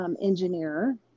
engineer